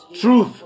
Truth